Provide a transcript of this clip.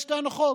יש לנו חוק,